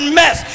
mess